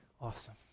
Awesome